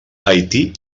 haití